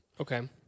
Okay